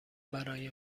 برای